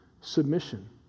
submission